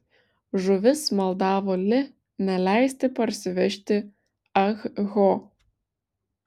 žuvis maldavo li neleisti parsivežti ah ho